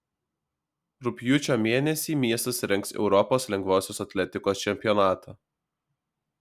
rugpjūčio mėnesį miestas rengs europos lengvosios atletikos čempionatą